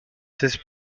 this